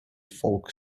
folk